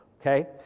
Okay